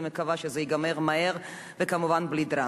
אני מקווה שזה ייגמר מהר וכמובן בלי דרמות.